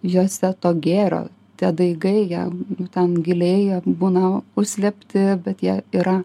juose to gėrio tie daigai jam ten giliai būna užslėpti bet jie yra